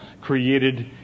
created